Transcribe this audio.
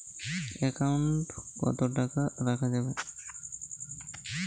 Account কত টাকা রাখা যাবে?